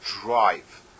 drive